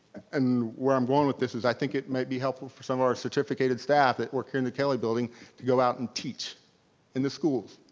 and where i'm going with this is i think it might be helpful for some of our certificated staff that work here in the kelly building to go out and teach in the schools.